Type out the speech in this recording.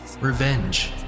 revenge